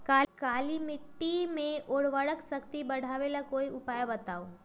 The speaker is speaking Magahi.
काली मिट्टी में उर्वरक शक्ति बढ़ावे ला कोई उपाय बताउ?